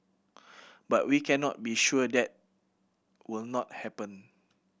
but we cannot be sure that will not happen